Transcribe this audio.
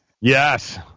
Yes